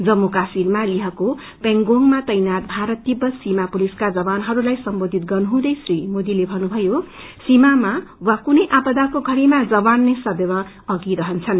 जम्मू काश्मीमा लेहको पैगोग मा तैनात भारत तिब्बत सीमा पुलिसका जवानहरूलाई सम्बोधित गर्नुहुँदै श्री मोदीले भन्नुभयो कि सीमामा वा कुनै आपदाको घड़ीमा जवान ने सदैव अधि रहन्छन्